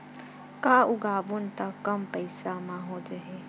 का उगाबोन त कम पईसा म हो जाही?